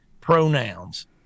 pronouns